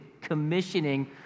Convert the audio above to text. commissioning